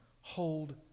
hold